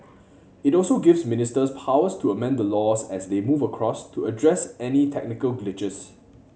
it also gives ministers powers to amend the laws as they move across to address any technical glitches